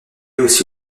aussi